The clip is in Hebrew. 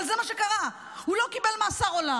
אבל זה מה שקרה, הוא לא קיבל מאסר עולם.